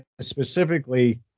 specifically